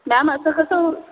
ma'am असं कसं होऊ